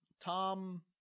Tom